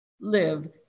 live